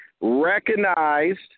recognized